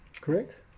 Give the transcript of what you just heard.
correct